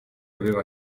aveva